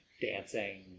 dancing